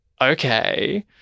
okay